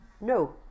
No